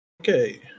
Okay